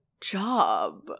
job